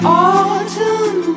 autumn